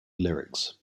lyrics